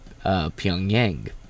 Pyongyang